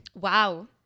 Wow